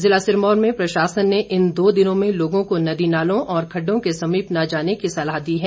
जिला सिरमौर में प्रशासन ने इन दो दिनों में लोगों को नदी नालों और खड्डों के समीप न जाने की सलाह दी है